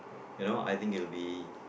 you know I think it will be